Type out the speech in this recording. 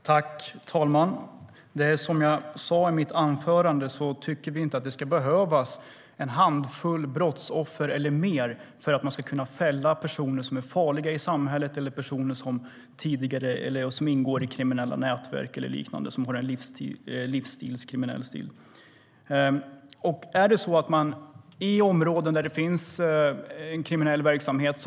Herr talman! Som jag sa i mitt anförande tycker vi inte att det ska behövas en handfull brottsoffer eller mer för att man ska kunna fälla personer som är farliga för samhället eller personer som ingår i kriminella nätverk eller liknande eller som har en kriminell livsstil. Låt oss säga att det i områden finns en kriminell verksamhet.